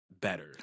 better